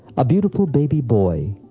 a beautiful baby boy.